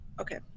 okay